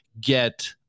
get